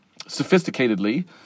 sophisticatedly